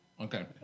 Okay